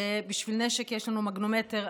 בשביל נשק יש לנו מגנומטר,